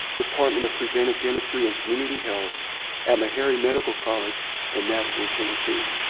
department of preventive dentistry and community health at meharry medical college in nashville, tennessee.